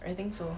I think so